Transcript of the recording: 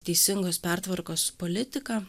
teisingos pertvarkos politiką